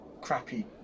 crappy